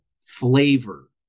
flavor